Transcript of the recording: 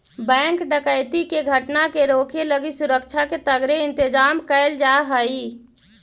bank डकैती के घटना के रोके लगी सुरक्षा के तगड़े इंतजाम कैल जा हइ